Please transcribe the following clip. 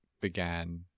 began